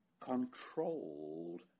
controlled